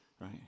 right